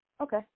Okay